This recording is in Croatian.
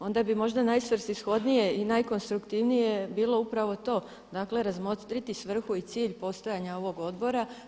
Onda bi možda najsvrsishodnije i najkonstruktivnije bilo upravo to, dakle razmotriti svrhu i cilj postojanja ovog odbora.